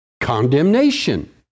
condemnation